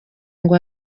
ngo